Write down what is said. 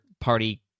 party